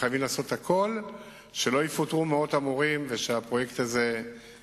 חייבים לעשות את הכול כדי שלא יפוטרו מאות המורים והפרויקט הזה יימשך,